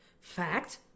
Fact